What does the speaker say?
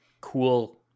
cool